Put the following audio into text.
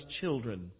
children